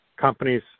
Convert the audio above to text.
companies